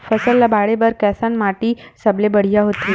फसल ला बाढ़े बर कैसन माटी सबले बढ़िया होथे?